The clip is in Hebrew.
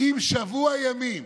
אם שבוע ימים